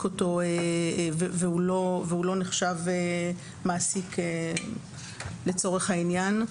אותו והוא לא נחשב מעסיק לצורך העניין,